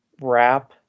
wrap